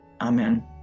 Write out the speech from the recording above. Amen